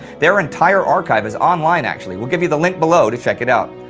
their entire archive is online, actually, we'll give you the link below to check it out.